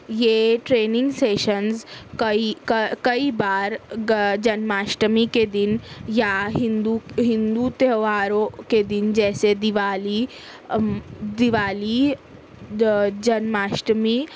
یہ training sessions کئی کئی بار جنماشٹمی کے دِن یا ہندو ہندو تہواروں کے دِن جیسے دیوالی دیوالی جنماشٹمی